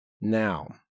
Now